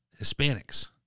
Hispanics